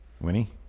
Winnie